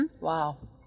Wow